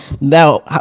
Now